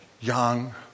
young